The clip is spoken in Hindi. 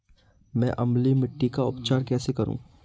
मैं अम्लीय मिट्टी का उपचार कैसे करूं?